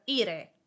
ire